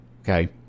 Okay